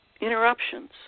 interruptions